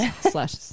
slash